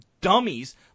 dummies